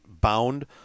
bound